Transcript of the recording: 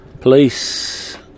Police